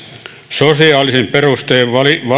sosiaalisin perustein